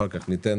אחר כך ניתן